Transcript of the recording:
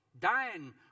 dying